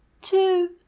two